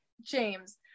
James